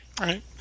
right